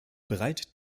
bereit